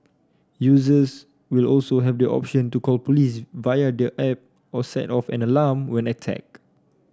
users will also have the option to call police via their app or set off an alarm when attacked